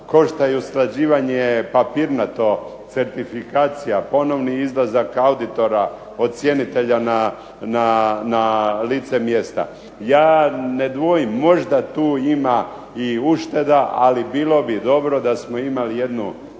Košta i usklađivanje papirnato certifikacija, ponovni izlazak auditora, ocjenitelja na lice mjesta. Ja ne dvojim možda tu ima i ušteda, ali bilo bi dobro da smo imali jednu